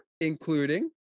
including